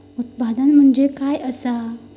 उत्पादन म्हणजे काय असा?